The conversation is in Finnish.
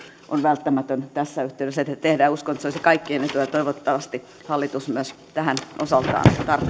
on tässä yhteydessä välttämätöntä että tehdään tämä ulkopuolinen selvitys uskon että se olisi kaikkien etu ja toivottavasti hallitus myös tähän osaltaan